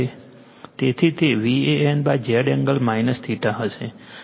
તેથી તે VAN Z angle હશે